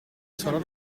solar